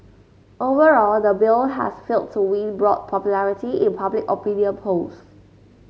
overall the bill has failed to win broad popularity in public opinion polls